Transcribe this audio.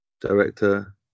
director